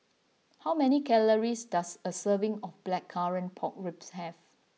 how many calories does a serving of Blackcurrant Pork Ribs have